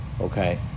okay